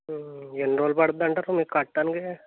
ఎన్ని రోజులు పడుతుంది అంటారు మీరు కట్టడానికి